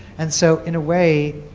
and so in a way,